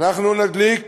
אנחנו נדליק